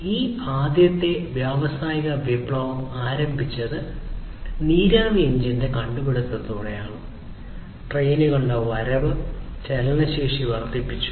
ഈ ആദ്യത്തെ വ്യാവസായിക വിപ്ലവം ആരംഭിച്ചത് നീരാവി എഞ്ചിന്റെ കണ്ടുപിടിത്തത്തോടെയാണ് ട്രെയിനുകളുടെ വരവ് ചലനശേഷി വർദ്ധിപ്പിച്ചു